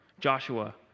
Joshua